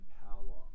power